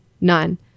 none